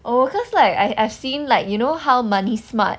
oh because like I I've seen like you know how moneysmart